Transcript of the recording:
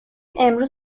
امروز